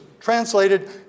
translated